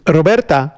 Roberta